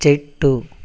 చెట్టు